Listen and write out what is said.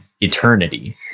eternity